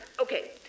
Okay